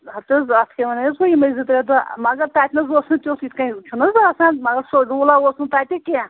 ہَتھ حظ اَتھ کیٛاہ ونان یہِ حظ گوٚو یِمَے زٕ ترٛےٚ دۄہ مگر تَتہِ نہٕ حظ اوس نہٕ تیُتھ یِتھ کَنۍ چھُ نہٕ حظ آسان مگرسڈوٗلا اوس نہٕ تَتہِ کیٚنٛہہ